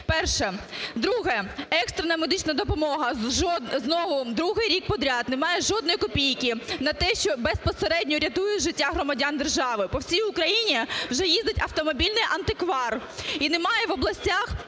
Перше. Друге. Екстрена медична допомога знову другий рік підряд немає жодної копійки на те, що безпосередньо рятує життя громадян держави. По всій Україні вже їздить автомобільний антиквар і немає в областях